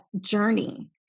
journey